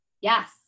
Yes